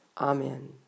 Amen